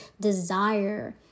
desire